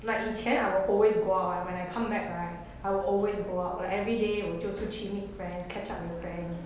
like 以前 I will always go out [one] when I come back right I will always go out like everyday 我就出去 meet friends catch up with friends